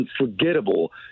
unforgettable